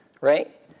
Right